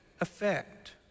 effect